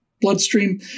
bloodstream